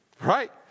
right